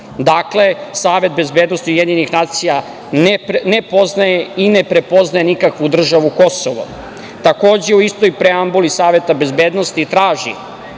Dakle, Savet bezbednosti UN ne poznaje i ne prepoznaje nikakvu državu Kosovo. Takođe, u istoj preambuli Saveta bezbednosti traži